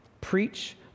Preach